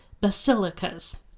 basilicas